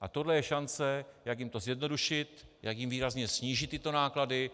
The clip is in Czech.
A tohle je šance, jak jim to zjednodušit, jak jim výrazně snížit tyto náklady,